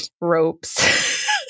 ropes